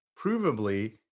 provably